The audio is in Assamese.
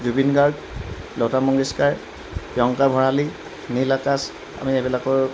জুবিন গাৰ্গ লতা মংগেশকাৰ প্ৰিয়ংকা ভঁৰালী নীল আকাশ আমি এইবিলাকৰ